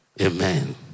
Amen